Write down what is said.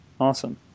Awesome